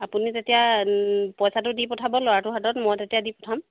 আপুনি তেতিয়া পইচাটো দি পঠাব ল'ৰাটোৰ হাতত মই তেতিয়া দি পঠাম